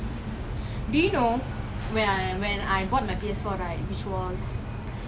[de] you should play FIFA also one day we can play together it's really quite fun